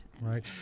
right